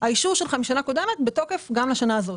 וכי האישור שלו משנה קודמת בתוקף גם לשנה הזאת.